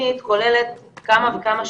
התוכנית כוללת כמה וכמה שימושים,